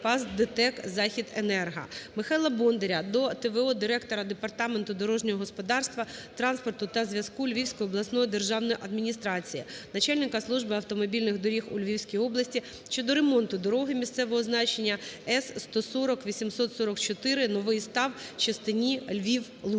ПАС ДТЕК "Західенерго". Михайла Бондаря дот.в.о. директора Департаменту дорожнього господарства, транспорту та зв'язку Львівської обласної державної адміністрації, начальника Служби автомобільних доріг у Львівській області щодо ремонту дороги місцевого значення С140844-Новий Став – Честині (Львів-Луцьк).